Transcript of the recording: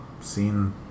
seen